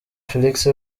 felix